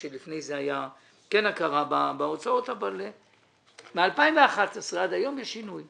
שלפני כן הייתה הכרה בהוצאות אבל מ-2011 ועד היום יש שינוי.